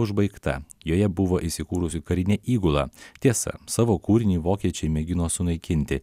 užbaigta joje buvo įsikūrusi karinė įgula tiesa savo kūrinį vokiečiai mėgino sunaikinti